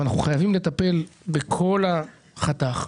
אנחנו חייבים לטפל בכל החתך,